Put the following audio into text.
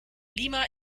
lima